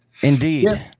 Indeed